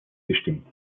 gestimmt